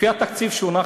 לפי התקציב שהונח